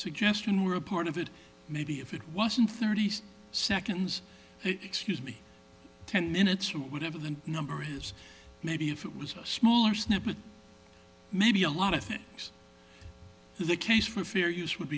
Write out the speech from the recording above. suggestion were a part of it maybe if it wasn't thirty seconds excuse me ten minutes or whatever the number is maybe if it was a smaller snippet maybe a lot of fix the case for fair use would